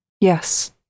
yes